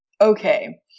Okay